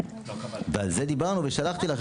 ועל זה דיברנו ושלחתי לכם,